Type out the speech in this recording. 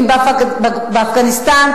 אם באפגניסטן,